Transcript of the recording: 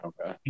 okay